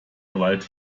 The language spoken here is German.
gewalt